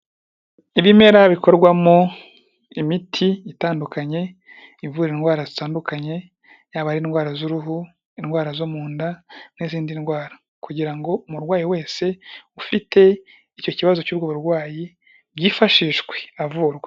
Ibimera bikorwamo imiti itandukanye, ivura indwara zitandukanye yaba ari indwara z'uruhu, indwara zo mu nda n'izindi ndwara, kugira ngo umurwayi wese ufite icyo kibazo cy'ubwo burwayi byifashishwe avurwa.